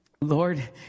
Lord